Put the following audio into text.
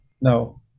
No